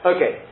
Okay